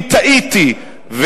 אם טעיתי,